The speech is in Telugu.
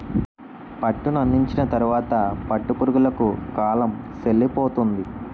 పట్టునందించిన తరువాత పట్టు పురుగులకు కాలం సెల్లిపోతుంది